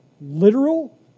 literal